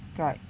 but